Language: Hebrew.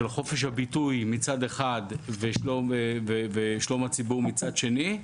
של חופש הביטוי מצד אחד ושלום הציבור מצד שני,